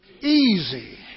Easy